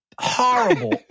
horrible